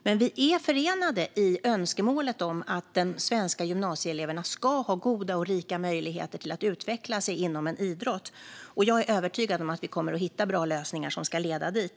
Men vi är förenade i önskemålet om att de svenska gymnasieeleverna ska ha goda och rika möjligheter att utveckla sig inom en idrott. Jag är övertygad om att vi kommer att hitta bra lösningar som ska leda dit.